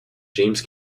james